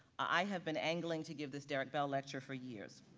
i have been angling to give this derrick bell lecture for years.